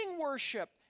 worship